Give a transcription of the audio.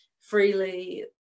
freely